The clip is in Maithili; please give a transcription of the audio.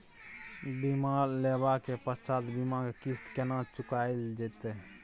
बीमा लेबा के पश्चात बीमा के किस्त केना चुकायल जेतै?